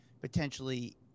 potentially